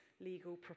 legal